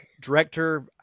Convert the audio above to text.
director